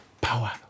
power